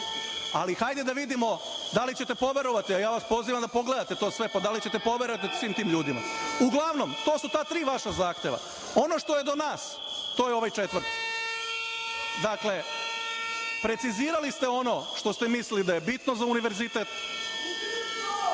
Hajde da vidimo da li ćete poverovati. Ja vam pozivam da pogledate to sve, pa da li ćete poverovati svim tim ljudima? Uglavnom, to su ta tri vaša zahteva, ono što je do nas, to je ovaj četvrti. Dakle, precizirali ste ono što ste mislili da je bitno za univerzitet,